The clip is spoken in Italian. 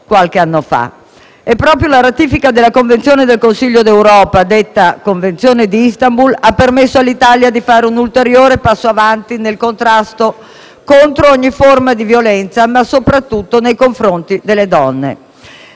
la ratifica della Convenzione del Consiglio d'Europa, detta Convenzione di Istanbul, ha permesso all'Italia di fare un ulteriore passo avanti nel contrasto di ogni forma di violenza, soprattutto nei confronti delle donne.